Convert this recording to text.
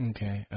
Okay